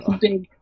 big